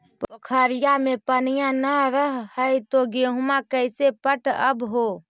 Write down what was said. पोखरिया मे पनिया न रह है तो गेहुमा कैसे पटअब हो?